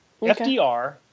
FDR